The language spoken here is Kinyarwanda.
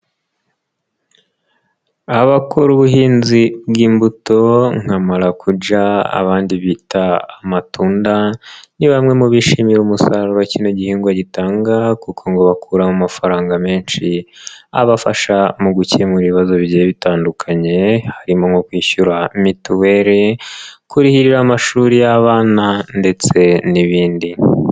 Abakora ubuhinzi bw'imbuto nka marakuja, abandi bita amatunda, ni bamwe mu bishimira umusaruro kino gihingwa gitanga kuko ngo bakuramo amafaranga menshi, abafasha mu gukemura ibibazo bitandukanye, harimo nko kwishyura mituweli, kurihirira amashuri y'abana ndetse n'ibindi.